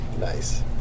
Nice